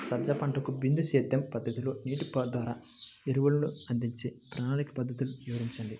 సజ్జ పంటకు బిందు సేద్య పద్ధతిలో నీటి ద్వారా ఎరువులను అందించే ప్రణాళిక పద్ధతులు వివరించండి?